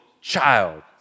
child